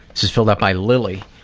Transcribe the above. this is filled out by lilly.